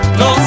no